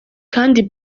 kandi